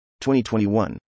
2021